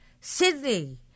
Sydney